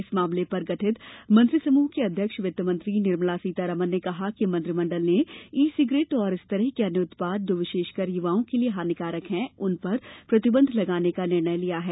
इस मामले पर गठित मंत्री समूह की अध्यक्ष वित्तमंत्री निर्मला सीतारामन ने कहा कि मंत्रिमण्डल ने ई सिगरेट और इस तरह के अन्य उत्पाद जो विशेषकर युवाओं के लिए हानिकारक हैं उन पर प्रतिबंध लगाने का निर्णय लिया है